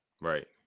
right